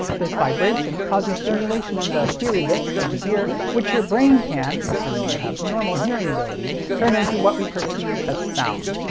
this vibration causes stimulation in the heary bits of the ear which your brain can, assuming you have normal hearing ability, turn into what we perceive as sound.